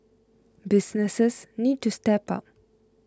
businesses need to step up